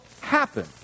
happen